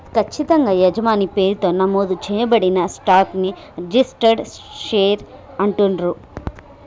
ఖచ్చితంగా యజమాని పేరుతో నమోదు చేయబడిన స్టాక్ ని రిజిస్టర్డ్ షేర్ అంటుండ్రు